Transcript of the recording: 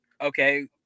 Okay